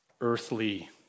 earthly